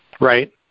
right